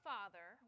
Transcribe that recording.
Father